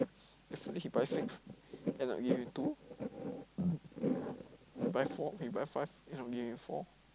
yesterday he buy six end up give me two buy four he buy five end up give me four